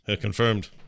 Confirmed